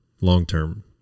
long-term